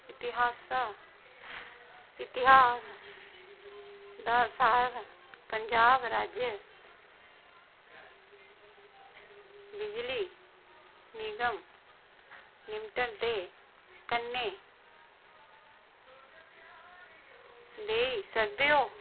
इतिहासा इतिहास दा सार पंजाब राज्य बिजली निगम लिमटन दे कन्नै देई सकदे ओ